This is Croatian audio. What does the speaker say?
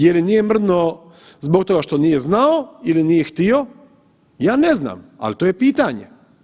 Jer nije mrdnuo zbog toga što nije znao ili nije htio, ja ne znam, ali to je pitanje?